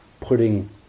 putting